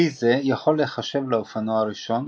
כלי זה יכול להיחשב לאופנוע הראשון,